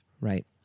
right